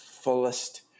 fullest